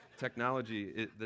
technology